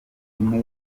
imwe